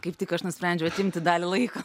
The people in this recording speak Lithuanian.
kaip tik aš nusprendžiau atimti dalį laiko